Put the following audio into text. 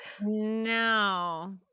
no